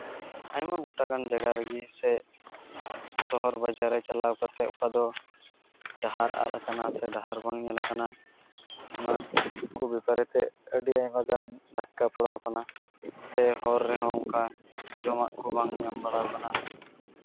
ᱟᱭᱢᱟ ᱜᱳᱴᱟ ᱜᱟᱱ ᱡᱟᱭᱜᱟ ᱨᱮᱜᱮ ᱥᱮ ᱥᱚᱦᱚᱨ ᱵᱟᱡᱟᱨ ᱨᱮ ᱪᱟᱞᱟᱣ ᱠᱟᱛᱮᱫ ᱚᱠᱟ ᱫᱚ ᱰᱟᱦᱟᱨ ᱟᱫ ᱠᱟᱱᱟ ᱥᱮ ᱰᱟᱦᱟᱨ ᱵᱟᱝ ᱧᱮᱞ ᱠᱟᱱᱟ ᱚᱱᱟ ᱠᱚ ᱵᱮᱯᱟᱨ ᱠᱟᱛᱮᱫ ᱟᱹᱰᱤ ᱟᱭᱢᱟᱜᱟᱱ ᱫᱷᱟᱠᱠᱟ ᱯᱟᱲᱟᱣ ᱠᱟᱱᱟ ᱥᱮ ᱦᱚᱨ ᱨᱮᱦᱚᱸ ᱚᱱᱠᱟ ᱡᱚᱢᱟᱜ ᱠᱚᱦᱚᱸ ᱵᱟᱝ ᱧᱟᱢ ᱵᱟᱲᱟᱣ ᱠᱟᱱᱟ